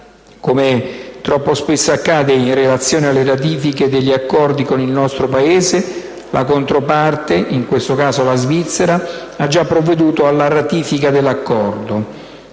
Come troppo spesso accade in relazione alle ratifiche degli accordi con il nostro Paese, la controparte, in questo caso la Svizzera, ha già provveduto alla ratifica dell'Accordo.